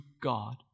God